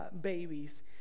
babies